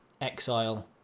exile